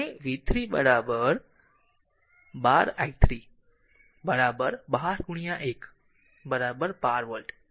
અને v 3 12 i 3 12 1 12 volt